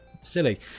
silly